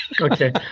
Okay